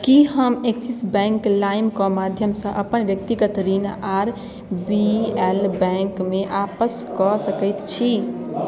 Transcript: कि हम Axis bank लाइमके माध्यमसँ अपन व्यक्तिगत ऋण आर बी एल बैँकमे आपस कऽ सकै छी